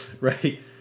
right